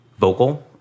vocal